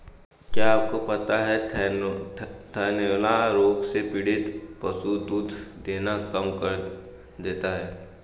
क्या आपको पता है थनैला रोग से पीड़ित पशु दूध देना कम कर देता है?